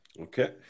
Okay